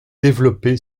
développé